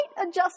adjust